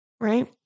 right